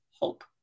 hope